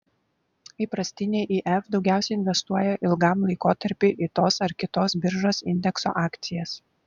įprastiniai if daugiausiai investuoja ilgam laikotarpiui į tos ar kitos biržos indekso akcijas